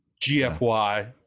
Gfy